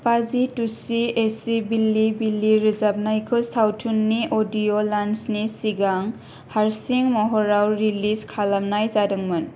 'पाजी तुस्सी ऐसी बिल्ली बिल्ली' रोजाबनायखौ सावथुननि अडिय' ल'न्चनि सिगां हारसिं महराव रिलीज खालामनाय जादोंमोन